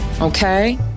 okay